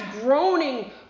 groaning